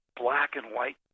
black-and-white